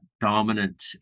dominant